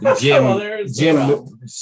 Jim